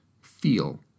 feel